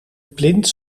plint